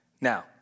Now